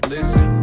Listen